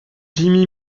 jimi